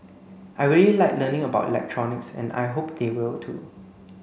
I really like learning about electronics and I hope they will too